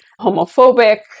homophobic